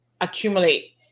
accumulate